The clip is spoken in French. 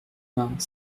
vingt